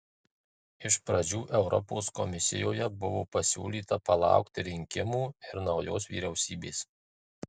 iš pradžių europos komisijoje buvo pasiūlyta palaukti rinkimų ir naujos vyriausybės